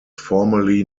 formally